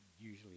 Usually